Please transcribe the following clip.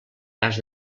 cas